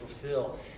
fulfill